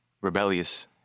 rebellious